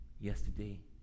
yesterday